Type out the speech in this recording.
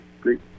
great